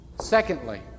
Secondly